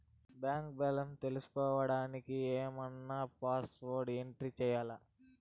Bank balance తెలుసుకోవడానికి ఏమన్నా password enter చేయాలా?